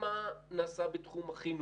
ולראות מה נעשה בתחום החינוך,